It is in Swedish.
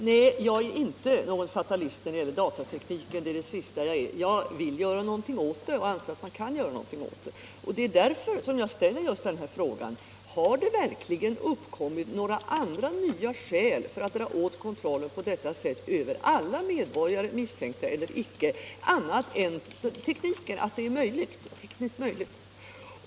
Herr talman! Jag är inte någon fatalist när det gäller datateknik — det är det sista jag är! — utan jag vill i stället göra någonting åt den. Jag anser att man också kan göra någonting åt den, och det är därför som jag ställer just den här frågan: Har det verkligen uppkommit några andra alldeles nya skäl för att dra åt kontrollen på detta sätt över alla medborgare —- misstänkta eller icke — än att detta är tekniskt möjligt?